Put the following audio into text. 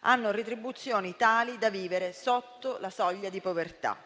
hanno retribuzioni tali da vivere sotto la soglia di povertà